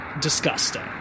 disgusting